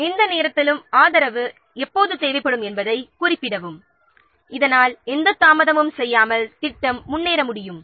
ஆதரவு எந்த நேரத்தில் எப்போது தேவைப்படும் என்பதைக் குறிப்பிடவும் இதனால் எந்த தாமதமும் செய்யாமல் திட்டம் முன்னேற முடியும்